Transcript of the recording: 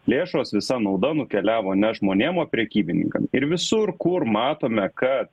lėšos visa nauda nukeliavo ne žmonėm o prekybininkam ir visur kur matome kad